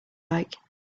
like